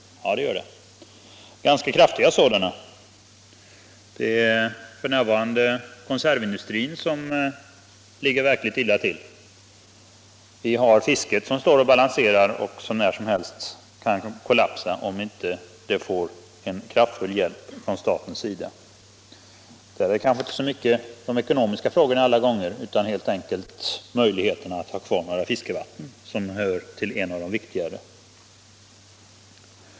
Ja, det gör det. Ganska kraftiga sådana t.o.m. Konservindustrin ligger f.n. verkligen illa till, och fisket står och balanserar och kan när som helst kollapsa, om det inte får kraftfull hjälp från statens sida. Där är det viktigaste kanske inte så mycket ekonomisk hjälp som möjligheterna att ha kvar fiskevattnen.